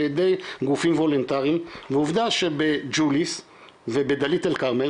על ידי גופים וולונטריים ועובדה שבג'וליס ובדליית אל כרמל,